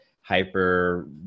hyper